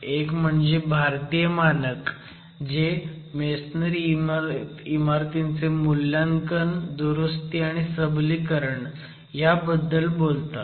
एक म्हणजे भारतीय मानक जे मेसनरी इमारतींचे मूल्यांकन दुरुस्ती आणि सबलीकरण ह्याबद्दल आहेत